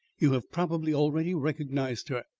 you have probably already recognised her.